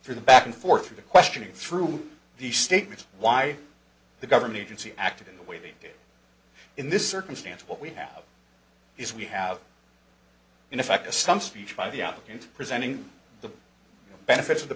the back and forth through the questioning through the statements why the government agency acted in the way they did in this circumstance what we have is we have in effect a stump speech by the applicant presenting the benefits of the